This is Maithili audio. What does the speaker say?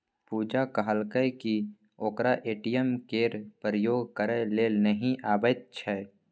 पुजा कहलकै कि ओकरा ए.टी.एम केर प्रयोग करय लेल नहि अबैत छै